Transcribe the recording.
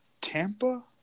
Tampa